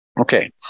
Okay